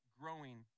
growing